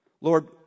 Lord